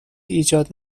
ایجاد